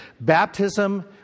Baptism